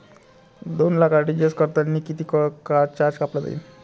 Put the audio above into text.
दोन लाख आर.टी.जी.एस करतांनी कितीक चार्ज कापला जाईन?